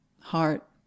heart